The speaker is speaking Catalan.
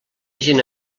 gent